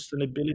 sustainability